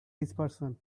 dispersion